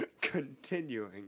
continuing